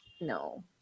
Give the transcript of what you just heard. no